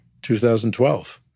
2012